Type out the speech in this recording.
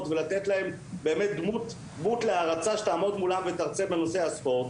ולתת להם באמת דמות להערצה שתעמוד מולם ותרצה בנושא הספורט,